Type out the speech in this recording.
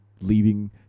leaving